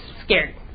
scared